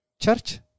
Church